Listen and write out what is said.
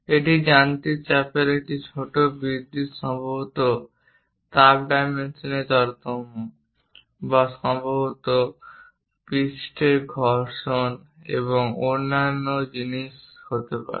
এটি যান্ত্রিক চাপের একটি ছোট বৃদ্ধি সম্ভবত তাপডাইমেনশনের তারতম্য বা সম্ভবত পৃষ্ঠের ঘর্ষণ এবং অন্যান্য জিনিস হতে পারে